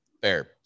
Fair